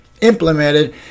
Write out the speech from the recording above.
implemented